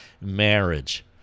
marriage